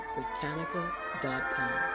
Britannica.com